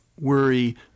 Worry